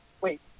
wait